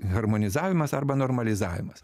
harmonizavimas arba normalizavimas